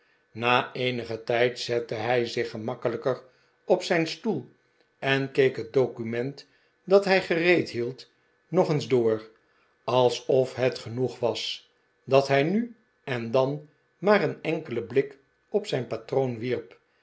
na eenigen tijd zette hij zich gemakkelijker op zijn stoel en keek het document dat hij gereed hield nog eens door alsof het genoeg was dat hij nu en dan maar een enkelen blik op zijn patroon wierp